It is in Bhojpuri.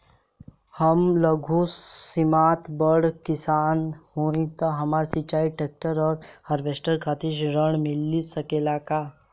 हम लघु सीमांत बड़ किसान हईं त हमरा सिंचाई ट्रेक्टर और हार्वेस्टर खातिर ऋण मिल सकेला का?